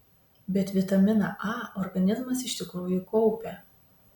bet vitaminą a organizmas iš tikrųjų kaupia